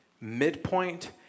midpoint